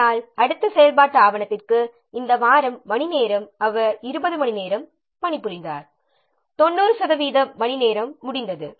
ஆனால் அடுத்த செயல்பாட்டு ஆவணத்திற்கு இந்த வாரம் மணிநேரம் அவர் 20 மணிநேரம் பணிபுரிந்தார் 90 சதவீதம் மணிநேரம் முடிந்தது